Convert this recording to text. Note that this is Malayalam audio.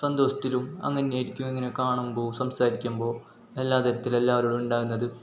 സന്തോഷലും അങ്ങനെ തന്നെ ആയിരിക്കും ഇങ്ങനെ കാണുമ്പോൾ സംസാരിക്കുമ്പോൾ എല്ലാതരത്തിലു എല്ലാവരോടും ഉണ്ടാവുന്നത്